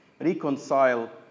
reconcile